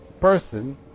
person